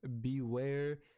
beware